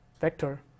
vector